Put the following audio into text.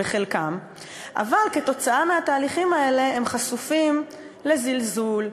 אבל עקב התהליכים האלה הם חשופים לזלזול,